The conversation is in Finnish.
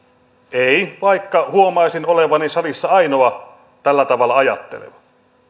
ei vaikka huomaisin olevani salissa ainoa tällä tavalla ajatteleva